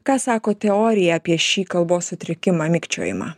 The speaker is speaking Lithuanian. ką sako teorija apie šį kalbos sutrikimą mikčiojimą